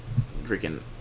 freaking